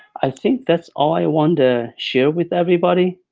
i think that's all i wanted to share with everybody.